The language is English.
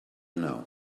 know